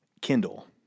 Kindle